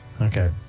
Okay